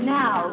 now